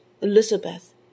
Elizabeth